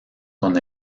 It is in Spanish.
con